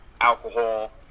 alcohol